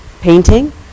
painting